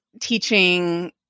teaching